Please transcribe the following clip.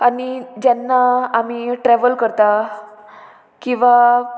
आनी जेन्ना आमी ट्रेवल करता किंवां